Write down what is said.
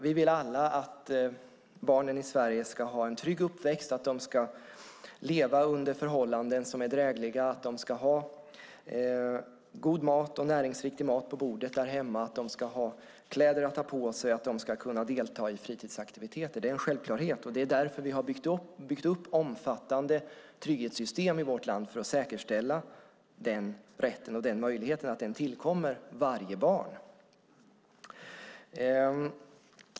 Vi vill alla att barnen i Sverige ska ha en trygg uppväxt, att de ska leva under drägliga förhållanden, att de ska ha god och näringsriktig mat på bordet där hemma, att de ska ha kläder att ta på sig och att de ska kunna delta i fritidsaktiveter - det är en självklarhet. Vi har byggt upp omfattande trygghetssystem i vårt land just för att säkerställa att den rätten och den möjligheten tillkommer varje barn.